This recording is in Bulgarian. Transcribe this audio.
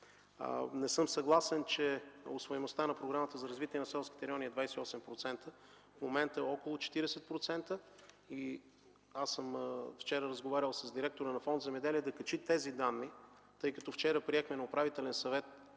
Не съм съгласен, че усвояемостта на Програмата за развитие на селските райони е 28%. В момента е около 40%. Аз вчера съм разговарял с директора на фонд „Земеделие” да качи тези данни. Вчера на заседание на Управителния съвет